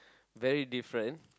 very different